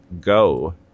go